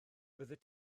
fyddet